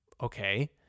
okay